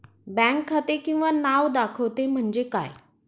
Bank खाते किंवा नाव दाखवते म्हणजे काय?